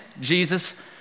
Jesus